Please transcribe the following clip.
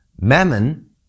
Mammon